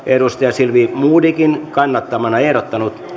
silvia modigin kannattamana ehdottanut